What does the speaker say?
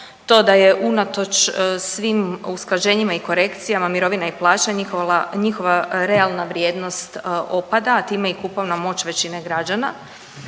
to da je unatoč svim usklađenjima i korekcijama mirovina i plaća, njihova realna vrijednost opada, a time i kupovna moć većine građana.